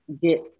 get